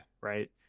Right